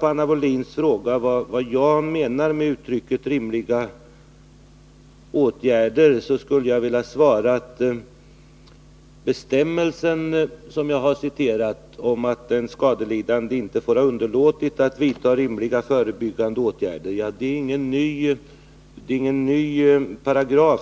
Anna Wohlin-Anderssons fråga hur jag tolkar uttrycket rimliga åtgärder skulle jag vilja svara att bestämmelsen, som jag har citerat, om att den skadelidande inte får ha underlåtit att vidta rimliga förebyggande åtgärder, inte är någon ny paragraf.